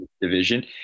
division